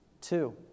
two